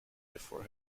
before